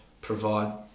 provide